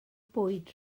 bwyd